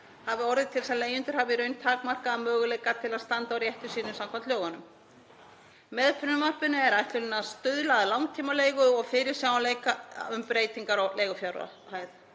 hafi orðið til þess að leigjendur hafi í raun takmarkaða möguleika til að standa á rétti sínum samkvæmt lögunum. Með frumvarpinu er ætlunin að stuðla að langtímaleigu og fyrirsjáanleika um breytingar á leigufjárhæð.